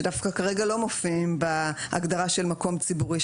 שדווקא כרגע לא מופיעים בהגדרה של מקום ציבורי,